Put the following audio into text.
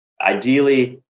Ideally